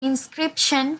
inscription